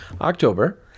October